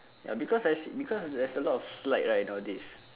ya because I see because there's a lot of slide right now a days